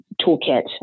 toolkit